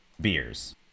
beers